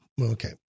Okay